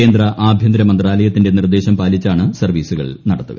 കേന്ദ്ര ആഭ്യന്തര മന്ത്രാലയത്തിന്റെ നിർദ്ദേശം പാലിച്ചാണ് സർവ്വീസുകൾ നടത്തുക